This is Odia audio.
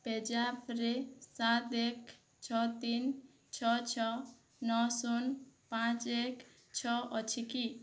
ପେଜା ଆପ୍ରେ ସାତ ଏକ ଛଅ ତିନି ଛଅ ଛଅ ନଅ ଶୂନ ପାଞ୍ଚ ଏକ ଛଅ ଅଛି କି